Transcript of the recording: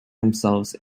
themselves